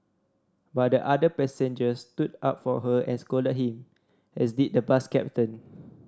but the other passengers stood up for her and scolded him as did the bus captain